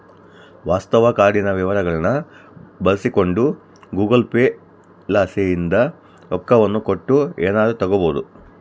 ವಾಸ್ತವ ಕಾರ್ಡಿನ ವಿವರಗಳ್ನ ಬಳಸಿಕೊಂಡು ಗೂಗಲ್ ಪೇ ಲಿಸಿಂದ ರೊಕ್ಕವನ್ನ ಕೊಟ್ಟು ಎನಾರ ತಗಬೊದು